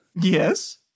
Yes